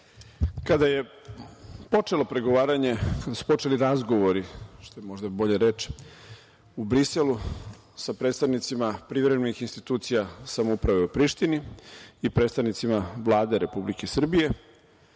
Kada je počelo pregovaranje, kada su počeli razgovori, što je možda bolja reč, u Briselu sa predstavnicima privremenih institucija samouprave u prištini i predstavnicima Vlade Republike Srbije,